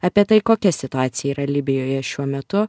apie tai kokia situacija yra libijoje šiuo metu